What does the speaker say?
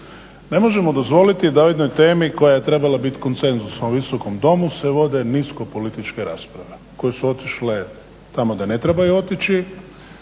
Ne možemo dozvoliti da o jednoj temi koja je trebala biti konsenzus, u ovom visokom domu se vode nisko političke rasprave koje su otišle tamo gdje ne trebaju otići